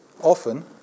Often